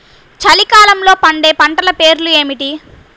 చలికాలంలో పండే పంటల పేర్లు ఏమిటీ?